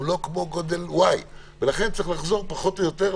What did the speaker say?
הוא לא כמו גודל Y. לכן צריך לחזור פחות או יותר,